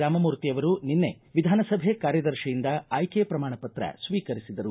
ರಾಮಮೂರ್ತಿ ಅವರು ನಿನ್ನೆ ವಿಧಾನಸಭೆ ಕಾರ್ಯದರ್ಶಿಯಿಂದ ಆಯ್ಕೆ ಪ್ರಮಾಣ ಪತ್ರ ಸ್ವೀಕರಿಸಿದರು